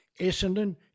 Essendon